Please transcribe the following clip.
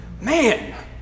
man